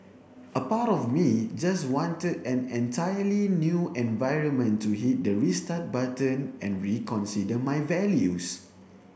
a part of me just wanted an entirely new environment to hit the restart button and reconsider my values